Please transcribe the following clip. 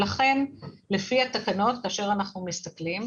ולכן לפי התקנות כאשר אנחנו מסתכלים,